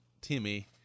timmy